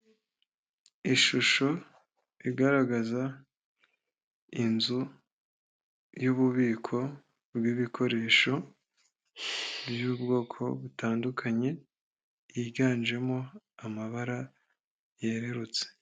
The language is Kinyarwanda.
Ishusho igaragaza inzu y'ububiko bw'ibikoresho by'ubwoko butandukanye, yiganjemo amabara yererutse.